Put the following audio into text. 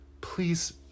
please